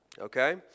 Okay